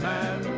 Man